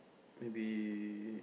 maybe